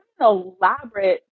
elaborate